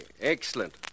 Excellent